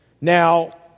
Now